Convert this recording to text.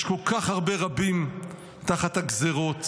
יש כל כך הרבה רבים תחת הגזרות.